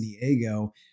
diego